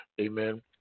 Amen